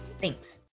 Thanks